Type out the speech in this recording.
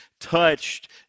touched